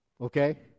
okay